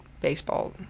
Baseball